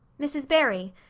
mrs. barry,